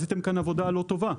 עשיתם כאן עבודה לא טובה.